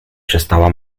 przestała